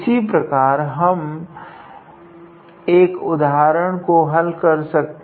इसी प्रकार हम एक उदाहरण को हल कर सकते है